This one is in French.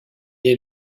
est